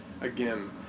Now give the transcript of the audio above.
again